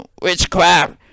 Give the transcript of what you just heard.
witchcraft